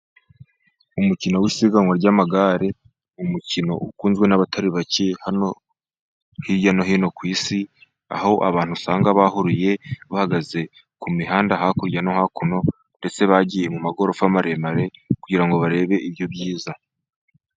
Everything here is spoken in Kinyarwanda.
Umukino w'isiganwa ry'amagare, umukino ukunzwe n' abatari bake hano hirya no hino ku isi, aho abantu usanga bahururiye bahagaze ku mihanda hakurya no hakuno ndetse bagiye mu magorofa maremare kugira barebe ibyo byiza.